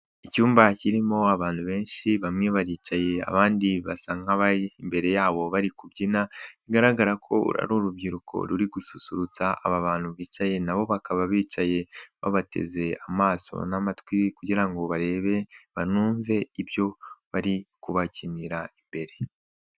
Icyumba kirimo abantu benshi bamwe baricaye, abandi basa nk'abari imbere yabo bari kubyina, bigaragara ko uru ari urubyiruko ruri gususurutsa aba bantu bicaye, na bo bakaba bicaye babateze amaso n'amatwi kugira ngo barebe banumve ibyo bari kubakinira imbere.